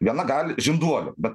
viena gali žinduolių bet